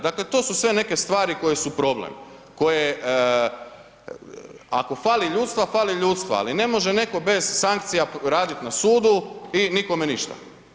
Dakle to su sve neke stvari koje su problem koje ako fali ljudstva fali ljudstva ali ne može netko bez sankcija raditi na sudu i nikome ništa.